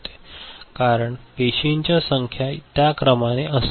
कारण पेशींची संख्या त्या क्रमाने असते